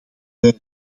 wij